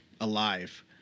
alive